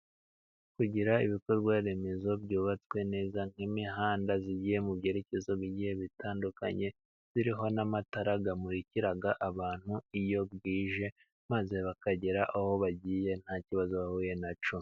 Kugira ibikorwaremezo byubatswe neza, nk'imihanda igiye mu byerekezo bingiye bitandukanye, iriho n'amatara amurikira abantu iyo bwije, maze bakagera aho bagiye, nta kibazo bahuye nacyo.